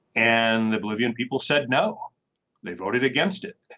and the bolivian people said no they voted against it.